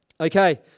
okay